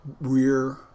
rear